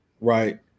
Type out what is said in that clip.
Right